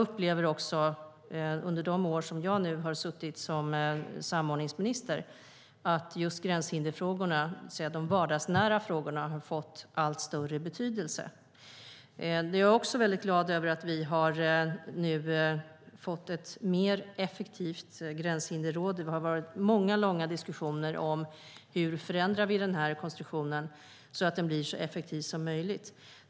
Under de år som jag har suttit som samordningsminister har jag upplevt att just gränshinderfrågorna, det vill säga de vardagsnära frågorna, har fått allt större betydelse. Jag är också väldigt glad över att vi nu har fått ett mer effektivt gränshinderråd. Det har varit många långa diskussioner om hur vi ska förändra den här konstruktionen, så att den blir så effektiv som möjligt.